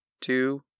two